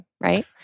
right